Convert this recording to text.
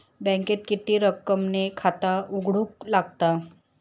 बँकेत किती रक्कम ने खाता उघडूक लागता?